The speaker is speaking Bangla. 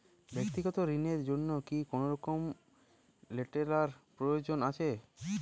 ব্যাক্তিগত ঋণ র জন্য কি কোনরকম লেটেরাল প্রয়োজন আছে?